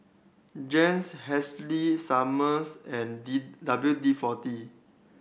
Jays Summers and D W D Four D